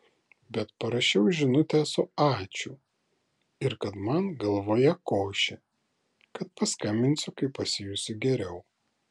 bet parašiau žinutę su ačiū ir kad man galvoje košė kad paskambinsiu kai pasijusiu geriau